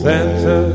Santa